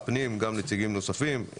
משרד הפנים ונציגים נוספים,